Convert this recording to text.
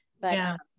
but-